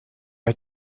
had